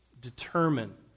determine